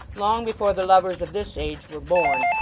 long before the lovers of this age were born,